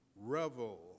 revel